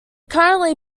currently